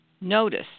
Notice